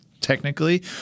technically